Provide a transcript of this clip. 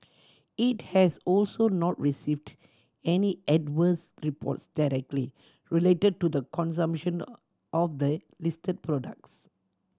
it has also not received any adverse reports directly related to the consumption of the listed products